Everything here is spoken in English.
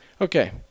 Okay